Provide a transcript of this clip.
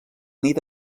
nit